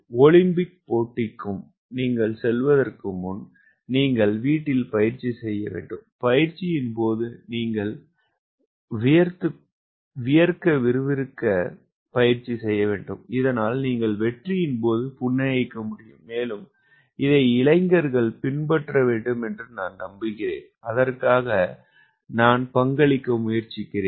Olympic போட்டிக்கும் நீங்கள் செல்வதற்கு முன் நீங்கள் வீட்டில் பயிற்சி செய்ய வேண்டும் பயிற்சியின் போது நீங்கள் வியர்க்க வேண்டும் இதனால் நீங்கள் வெற்றியின் போது புன்னகைக்க முடியும் மேலும் இதை இளைஞர்கள் பின்பற்ற வேண்டும் என்று நான் நம்புகிறேன் அதற்காக நான் பங்களிக்க முயற்சிக்கிறேன்